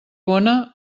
bona